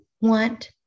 want